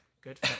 good